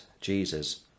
jesus